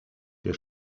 der